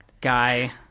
guy